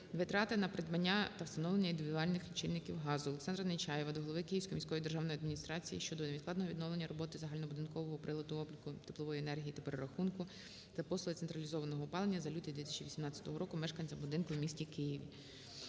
витрати на придбання та встановлення індивідуальних лічильників газу. Олександра Нечаєва до голови Київської міської державної адміністрації щодо невідкладного відновлення роботизагальнобудинкового приладу обліку теплової енергії та перерахунку за послуги централізованого опалення за лютий 2018 року мешканцям будинку у місті Києві.